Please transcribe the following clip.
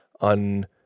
on